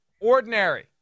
ordinary